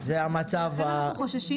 חברת הכנסת